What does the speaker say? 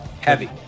heavy